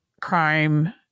crime